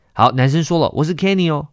好男生说了我是kenny哦